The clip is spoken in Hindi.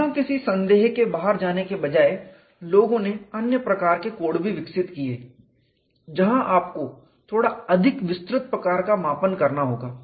बिना किसी संदेह के बाहर जाने के बजाय लोगों ने अन्य प्रकार के कोड भी विकसित किए जहां आपको थोड़ा अधिक विस्तृत प्रकार का मापन करना होगा